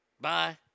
Bye